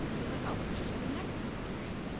so it's like, i should show the next in the series,